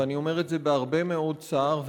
ואני אומר את זה בהרבה מאוד צער ודאגה,